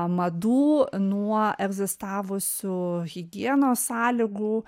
madų nuo egzistavusių higienos sąlygų